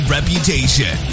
Reputation